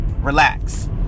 Relax